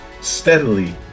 steadily